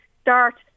Start